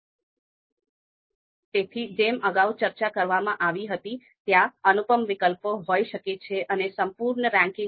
અભ્યાસક્રમના પ્રારંભિક ભાગમાં પસંદગીની સમસ્યાથી મારું અર્થ શું છે તે વિશે આપણે પહેલેથી જ ચર્ચા કરી છે તો ચાલો આપણે તેને ઈલેકટેર ના સંદર્ભમાં સમજીએ